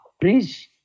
Please